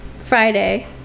Friday